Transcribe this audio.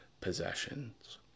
possessions